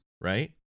Right